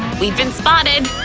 we've been spotted!